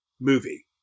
movie